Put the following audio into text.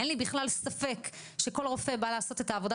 אין לי בכלל ספק שכל רופא בא לעשות את העבודה